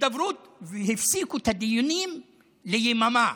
הידברות והפסיקו את הדיונים ליממה.